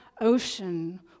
ocean